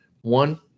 one